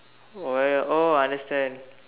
why oh I understand